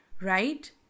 Right